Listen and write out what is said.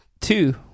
two